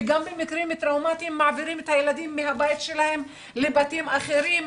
וגם במקרים טראומתיים מעבירים את הילדים מהבית שלהם לבתים אחרים,